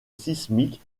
sismique